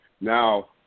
now